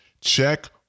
Check